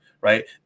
Right